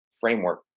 framework